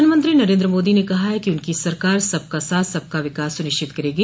प्रधानमंत्री नरेन्द्र मोदी ने कहा है कि उनकी सरकार सबका साथ सबका विकास सुनिश्चित करेगी